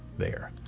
there.